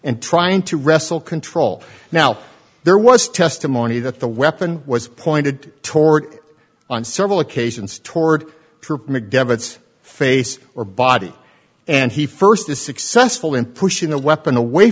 and trying to wrestle control now there was testimony that the weapon was pointed toward on several occasions toward trip mcdevitt face or body and he first is successful in pushing the weapon away